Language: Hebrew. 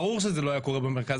ברור שזה לא היה קורה במרכז.